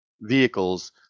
vehicles